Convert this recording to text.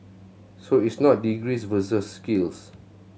so it is not degrees versus skills